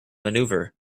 maneuver